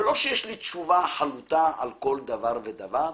ולא שיש לי תשובה חלוטה על כל דבר אבל,